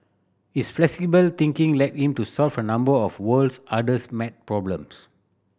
his flexible thinking led him to solve a number of world's hardest maths problems